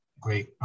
great